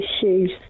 shoes